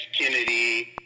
Kennedy